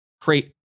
Create